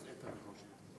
איננו.